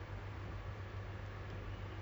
some people have like six